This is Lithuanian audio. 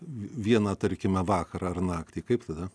vieną tarkime vakarą ar naktį kaip tada